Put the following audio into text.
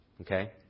Okay